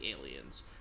aliens